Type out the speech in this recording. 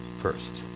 first